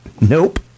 Nope